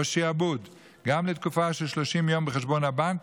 שעבוד גם לתקופה של 30 יום בחשבון הבנק,